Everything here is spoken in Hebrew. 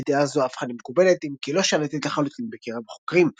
ודעה זו הפכה למקובלת - אם כי לא שלטת לחלוטין - בקרב החוקרים.